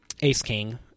ace-king